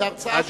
זאת הרצאה שלמה.